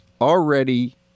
already